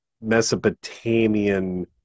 Mesopotamian